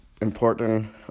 important